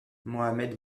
mohamed